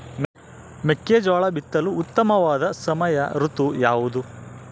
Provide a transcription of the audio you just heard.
ಮೆಕ್ಕೆಜೋಳ ಬಿತ್ತಲು ಉತ್ತಮವಾದ ಸಮಯ ಋತು ಯಾವುದು?